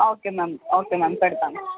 okay ma'am okay ma'am పెడతాను